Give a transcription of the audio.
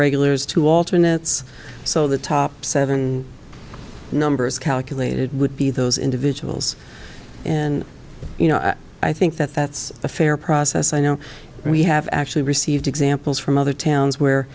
regulars to alternate so the top seven numbers calculated would be those individuals and you know i think that that's a fair process i know we have actually received examples from other towns where